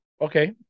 Okay